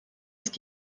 ist